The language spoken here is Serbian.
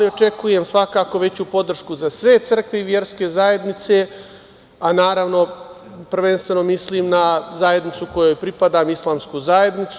Očekujemo, svakako, veću podršku za sve crkve i verske zajednice, a naravno prvenstveno mislim na zajednicu kojoj pripadam, islamsku zajednicu.